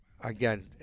Again